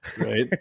Right